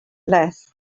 less